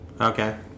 Okay